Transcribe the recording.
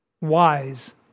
wise